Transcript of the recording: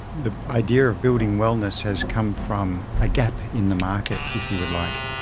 the idea of building wellness has come from a gap in the market, if you like.